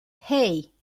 hey